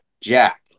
Jack